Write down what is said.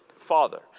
father